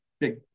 big